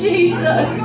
Jesus